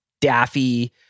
daffy